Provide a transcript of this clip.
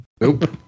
nope